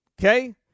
Okay